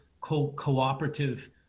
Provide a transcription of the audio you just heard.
cooperative